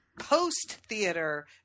post-theater